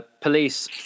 Police